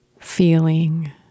feeling